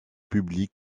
publics